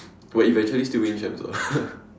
but eventually still win champs ah